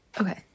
Okay